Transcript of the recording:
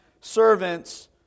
servants